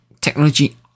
technology